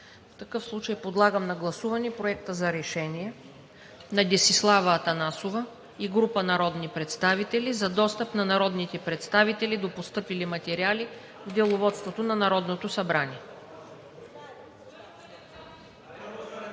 В такъв случай подлагам на гласуване Проекта за решение на Десислава Атанасова и група народни представители за достъп на народните представители до постъпили материали в Деловодството на Народното събрание.